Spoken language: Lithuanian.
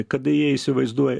kada jie įsivaizduoja